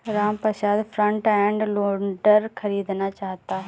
Ramprasad front end loader खरीदना चाहता है